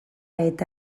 eta